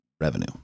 revenue